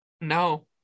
No